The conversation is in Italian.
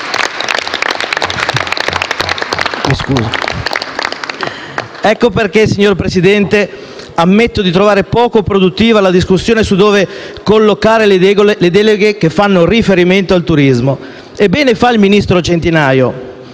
Per questo, signor Presidente, ammetto di trovare poco produttiva la discussione su dove collocare le deleghe che fanno riferimento al turismo e bene fa il ministro Centinaio